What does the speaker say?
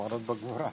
רוח מרומם,